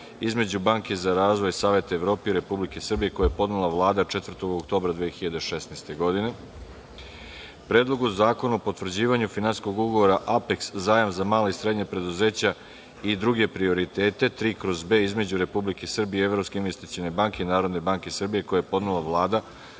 između Banke za razvoj Saveta Evrope i Republike Srbije, koji je podnela Vlada 4. oktobra 2016. godine; Predlogu zakona o potvrđivanju finansijskog ugovora „Apeks zajam za mala i srednja preduzeća i druge prioritete 3/B“ između Republike Srbije i Evropske investicione banke i Narodne banke Srbije, koji je podnela Vlada,